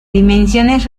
dimensiones